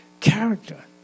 Character